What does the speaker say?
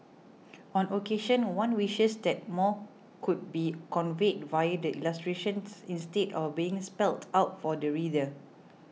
on occasion one wishes that more could be conveyed via the illustrations instead of being spelt out for the reader